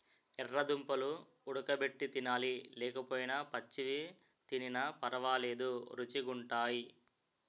యెర్ర దుంపలు వుడగబెట్టి తినాలి లేకపోయినా పచ్చివి తినిన పరవాలేదు రుచీ గుంటయ్